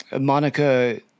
Monica